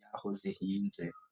y'aho zihinze.